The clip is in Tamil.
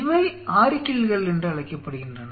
இவை ஆரிக்கில்கள் என்று அழைக்கப்படுகின்றன